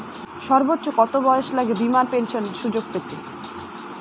সর্বোচ্চ কত বয়স লাগে বীমার পেনশন সুযোগ পেতে?